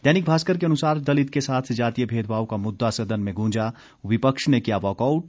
दैनिक भास्कर के अनुसार दलित के साथ जातीय भेदभाव का मुद्दा सदन में गूंजा विपक्ष ने किया वॉकआउट